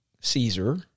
Caesar